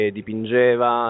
dipingeva